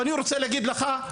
אני רוצה להגיד לך,